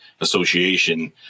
association